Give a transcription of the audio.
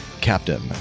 Captain